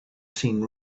seen